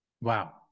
Wow